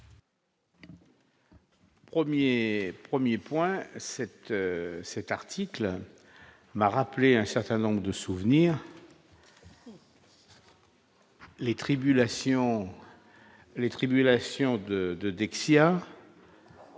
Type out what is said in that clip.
1er 1er point cet cet article m'a rappelé un certain nombre de souvenirs. Les tribulations les